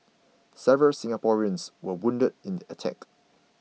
several Singaporeans were wounded in the attack